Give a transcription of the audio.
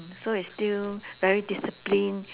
so it's still very discipline